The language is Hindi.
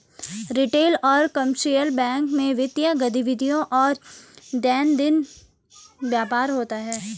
रिटेल और कमर्शियल बैंक में वित्तीय गतिविधियों और दैनंदिन व्यापार होता है